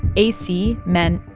ac meant.